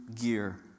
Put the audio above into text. gear